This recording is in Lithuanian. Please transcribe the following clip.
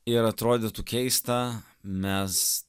ir atrodytų keista mes